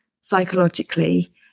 psychologically